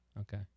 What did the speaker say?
Okay